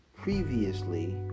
previously